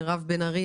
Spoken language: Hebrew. מירב בן ארי,